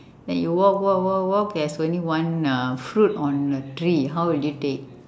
then you walk walk walk walk there's only one uh fruit on the tree how will you take